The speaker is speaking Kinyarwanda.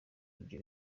ibyo